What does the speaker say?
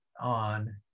on